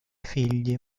figli